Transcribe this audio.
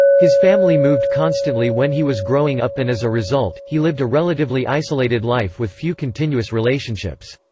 his family moved constantly when he was growing up and as a result, he lived a relatively isolated life with few continuous relationships.